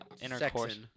intercourse